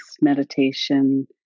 meditation